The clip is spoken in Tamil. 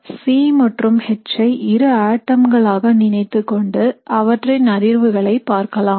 C மற்றும் H ஐ இரு ஆட்டம்களாக நினைத்துக்கொண்டு அவற்றின் அதிர்வுகளை பார்க்கலாம்